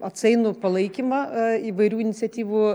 atsainų palaikymą įvairių iniciatyvų